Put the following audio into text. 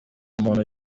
umuntu